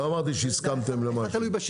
לא אמרתי שהסכמתם למשהו.